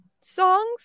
songs